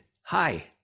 hi